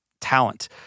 talent